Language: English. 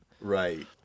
Right